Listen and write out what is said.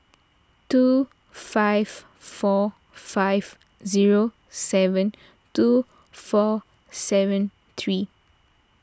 two five four five zero seven two four seven three